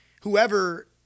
whoever